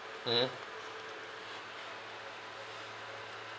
mm